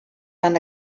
tan